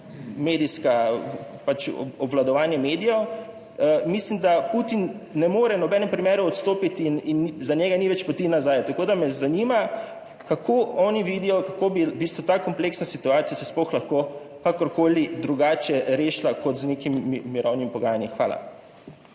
medijska, pač obvladovanje medijev. Mislim, da Putin ne more v nobenem primeru odstopiti in za njega ni več poti nazaj. Tako da me zanima, kako oni vidijo, kako bi v bistvu ta kompleksna situacija se sploh lahko kakorkoli drugače rešila kot z nekim mirovnim pogajanjem. Hvala.